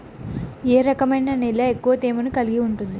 ఏ రకమైన నేల ఎక్కువ తేమను కలిగి ఉంటుంది?